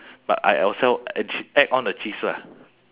but I also add ch~ add on a cheese ah